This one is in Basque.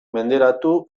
menderatu